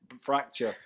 fracture